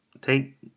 take